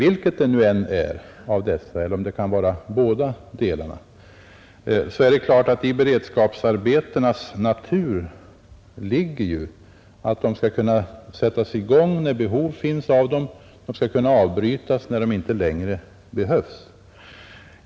Vilken del det nu än är av dessa ligger det givetvis i beredskapsarbetenas natur att de skall kunna sättas i gång när behov finns och avbrytas när de inte längre behövs.